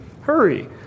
hurry